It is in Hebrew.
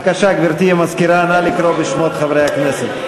בבקשה, גברתי המזכירה, נא לקרוא בשמות חברי הכנסת.